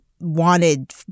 wanted